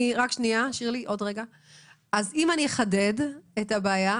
אני אחדד את הבעיה,